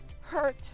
hurt